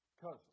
cousin